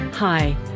Hi